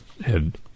head